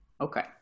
Okay